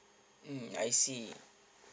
mm I see